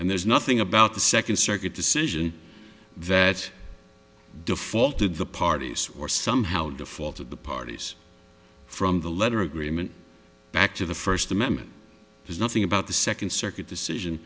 and there's nothing about the second circuit decision that defaulted the parties or somehow the fault of the parties from the letter agreement back to the first amendment says nothing about the second circuit decision